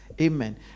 amen